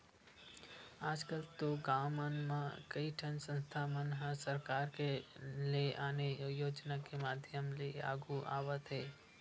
आजकल तो गाँव मन म कइठन संस्था मन ह सरकार के ने आने योजना के माधियम ले आघु आवत हे